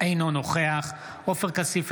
אינו נוכח עופר כסיף,